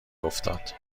افتاد